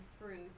fruit